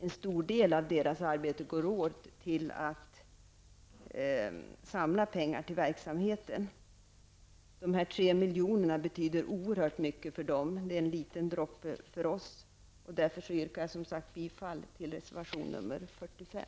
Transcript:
En stor del av deras krafter går åt till att samla pengar till verksamheten. De 3 milj.kr. som det här gäller betyder oerhört mycket för dem, medan det är en liten droppe för oss. Därför yrkar jag, som sagt, bifall till reservation 45.